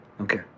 Okay